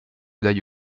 dagli